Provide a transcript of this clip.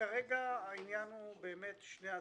כרגע העניין הוא שני העצורים.